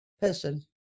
person